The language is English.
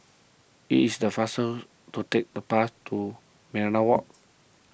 it is the faster to take the bus to Minaret Walk